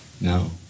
No